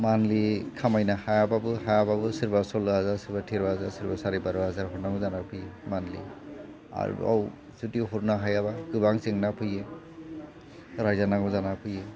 monthly खामायनो हायाबाबो सोरबा सल्ल' हाजार टेर' हाजार सोरबा सारे बार' हाजार हरनांगौ जानानै फैयो मान्थलि आरोबाव जुदि हरनो हायाबा गोबां जेंना फैयो रायजानांगौ जाना फैयो